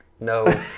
no